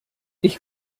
ich